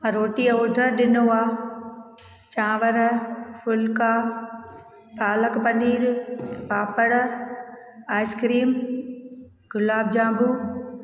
रोटीअ ऑडर ॾिनो आहे चांवर फुलिका पालक पनीर पापड़ आईस्क्रीम गुलाब जामूं